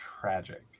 tragic